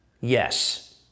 Yes